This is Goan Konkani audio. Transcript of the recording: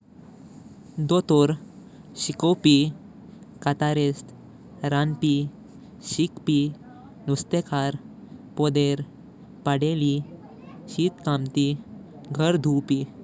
डॉक्टर, शिकवपी, कत्तारीस्त, रनपी, शिकपी, नुस्तेकार, पोदर, पडेली, शेत कामटी, घर धोवपी।